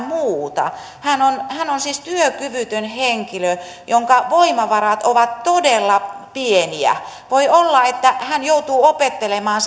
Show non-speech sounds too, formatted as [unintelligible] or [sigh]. [unintelligible] muuta hän on hän on siis työkyvytön henkilö jonka voimavarat ovat todella pieniä voi olla että hän joutuu opettelemaan [unintelligible]